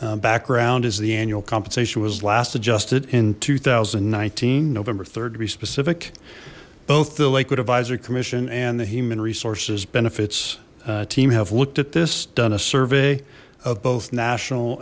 rate background is the annual compensation was last adjusted in two thousand and nineteen november third to be specific both the lakewood advisory commission and the human resources benefits team have looked at this done a survey of both national